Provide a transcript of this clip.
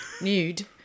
Nude